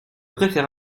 préfère